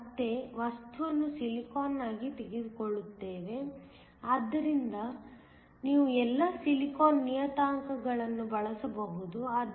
ನಾವು ಮತ್ತೆ ವಸ್ತುವನ್ನು ಸಿಲಿಕಾನ್ ಆಗಿ ತೆಗೆದುಕೊಳ್ಳುತ್ತೇವೆ ಆದ್ದರಿಂದ ನೀವು ಎಲ್ಲಾ ಸಿಲಿಕಾನ್ ನಿಯತಾಂಕಗಳನ್ನು ಬಳಸಬಹುದು